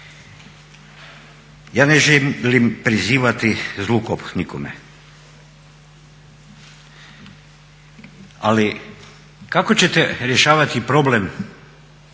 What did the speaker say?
Ja ne želim prizivati zlu kob nikome, ali kako ćete rješavati problem